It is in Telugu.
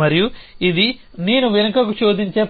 మరియు ఇది నేను వెనుకకు శోధించే ప్రక్రియ